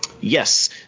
Yes